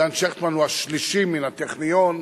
דן שכטמן הוא השלישי מן הטכניון,